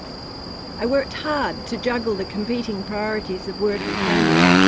i worked hard to juggle the competing priorities of work and family,